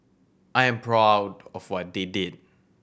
I am proud of what they did